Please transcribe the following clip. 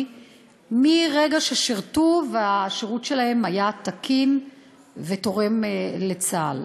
מרגע ששירתו והשירות שלהם היה תקין ותורם לצה"ל.